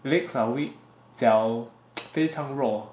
legs are weak 脚 非常弱